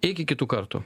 iki kitų kartų